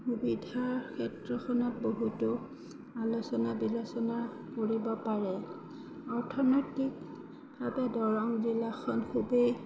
সুবিধাৰ ক্ষেত্ৰখনত বহুতো আলোচনা বিলোচনা কৰিব পাৰে অৰ্থনৈতিকভাৱে দৰং জিলাখন খুবেই